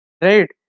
right